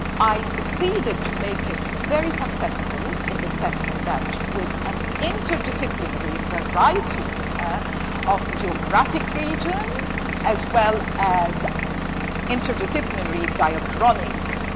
i succeeded to make it very successful in the sense that, with an interdisciplinary variety of geographic regions as well as interdisciplinary diachronic,